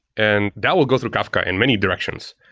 and that will go through kafka in many directions.